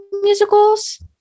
musicals